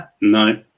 No